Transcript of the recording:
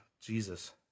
Jesus